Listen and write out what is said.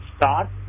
Start